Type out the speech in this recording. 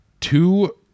two